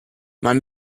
man